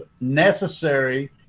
necessary